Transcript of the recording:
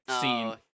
scene